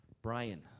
Brian